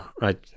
right